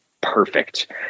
perfect